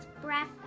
breath